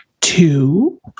two